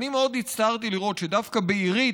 שמאוד הצטערתי לראות שדווקא בעירי,